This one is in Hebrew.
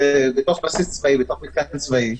זה בתוך בסיס צבאי, בתוך מתקן צבאי.